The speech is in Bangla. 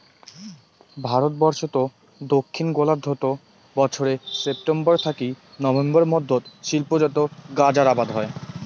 ভারতবর্ষত দক্ষিণ গোলার্ধত বছরে সেপ্টেম্বর থাকি নভেম্বর মধ্যত শিল্পজাত গাঁজার আবাদ হই